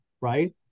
right